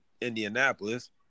Indianapolis